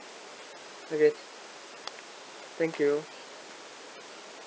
okay thank you